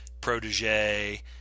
protege